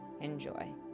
Enjoy